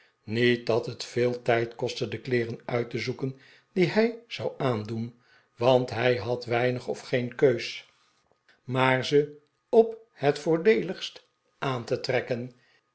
niet dat het veel tijd kostte de kleeren uit te zoeken die hij zou aandoen want hij had weinig of geen keus maar ze op het voordeeligst aan te trekken